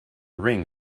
ring